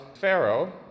Pharaoh